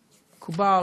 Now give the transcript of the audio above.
מקובל,